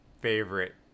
favorite